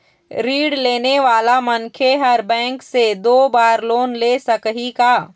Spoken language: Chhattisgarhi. ऋण लेने वाला मनखे हर बैंक से दो बार लोन ले सकही का?